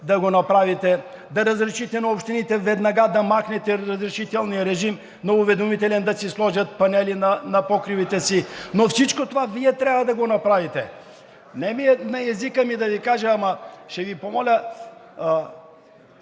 да го направите, да разрешите на общините, веднага да махнете разрешителния режим – на уведомителен, да си сложат панели на покривите си. Но всичко това Вие трябва да го направите. На езика ми е да Ви кажа, ама ще Ви помоля